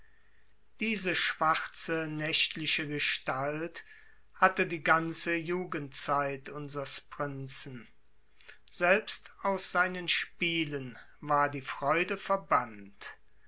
diese schwarze nächtliche gestalt hatte die ganze jugendzeit unsers prinzen selbst aus seinen spielen war die freude verbannt